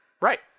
Right